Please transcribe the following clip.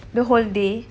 the whole day